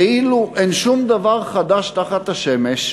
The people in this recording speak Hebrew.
כאילו אין שום דבר חדש תחת השמש,